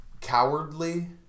cowardly